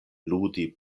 ludi